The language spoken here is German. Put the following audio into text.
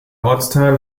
ortsteil